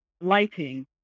lighting